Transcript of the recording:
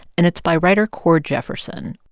and it's by writer cord jefferson.